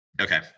Okay